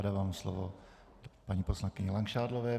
Dávám slovo paní poslankyni Langšádlové.